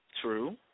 True